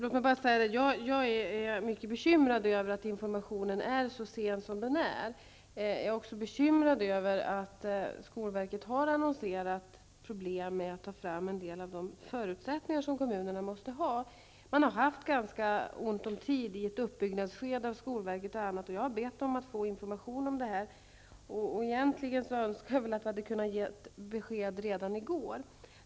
Herr talman! Jag är bekymrad att informationen kommit så sent som den gjort. Men jag är också bekymrad över att skolverket har aviserat problem med att ta fram en del av de förutsättningar som kommunerna måste ha. Man har haft ganska ont om tid under skolverkets uppbyggnadsskede, men jag har bett att få information om detta. Egentligen önskar jag att jag hade kunnat ge ett besked redan i går.